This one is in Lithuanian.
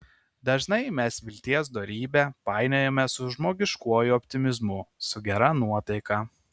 dažnai mes vilties dorybę painiojame su žmogiškuoju optimizmu su gera nuotaika